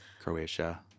Croatia